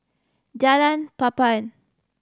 Jalan Papan